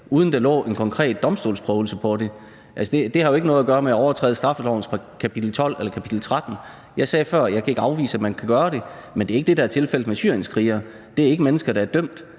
uden at der lå en konkret domstolsprøvelse af det. Det har jo ikke noget at gøre med at overtræde straffelovens kapitel 12 eller kapitel 13. Jeg sagde før, at jeg ikke kan afvise, at man kan gøre det, men det er ikke det, der er tilfældet med syrienskrigere. Det er ikke mennesker, der er dømt.